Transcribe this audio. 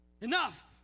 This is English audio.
enough